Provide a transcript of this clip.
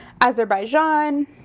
Azerbaijan